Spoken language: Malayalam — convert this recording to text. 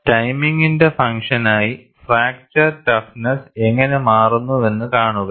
ടൈമിന്റെ ഫങ്ക്ഷനായി ഫ്രാക്ചർ ടഫ്നെസ്സ് എങ്ങനെ മാറുന്നുവെന്ന് കാണുക